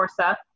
Corsa